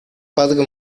padre